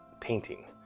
painting